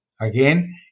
Again